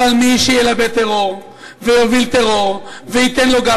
אבל מי שילבה טרור ויוביל טרור וייתן לו גב,